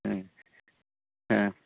ह